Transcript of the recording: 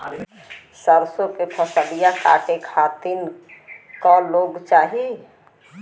सरसो के फसलिया कांटे खातिन क लोग चाहिए?